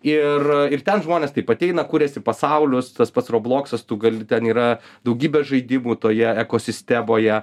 ir ir ten žmonės taip ateina kuriasi pasaulius tas pats robloksas tu gali ten yra daugybė žaidimų toje ekosistemoje